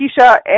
Keisha